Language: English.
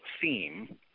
theme